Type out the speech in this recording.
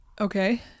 okay